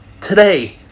Today